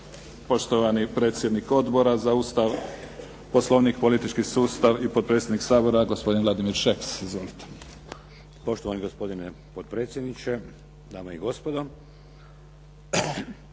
Poštovani predsjednik Odbora za Ustav, Poslovnik i politički sustav i potpredsjednik Sabora gospodin Vladimir Šeks. Izvolite. **Šeks, Vladimir (HDZ)** Poštovani gospodine potpredsjedniče, dame i gospodo.